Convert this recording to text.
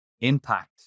impact